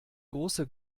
große